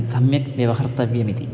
सम्यक् व्यवहर्तव्यमिति